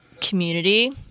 community